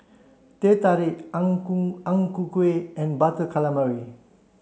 Teh Tarik Ang Ku Ang Ku Kueh and butter calamari